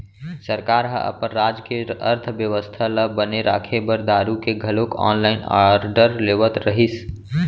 सरकार ह अपन राज के अर्थबेवस्था ल बने राखे बर दारु के घलोक ऑनलाइन आरडर लेवत रहिस